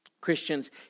Christians